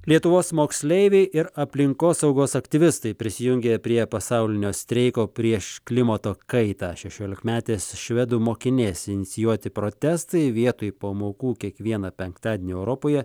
lietuvos moksleiviai ir aplinkosaugos aktyvistai prisijungė prie pasaulinio streiko prieš klimato kaitą šešiolikmetės švedų mokinės inicijuoti protestai vietoj pamokų kiekvieną penktadienį europoje